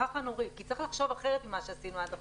ככה נוריד כי צריך לחשוב אחרת ממה שעשינו עד עכשיו.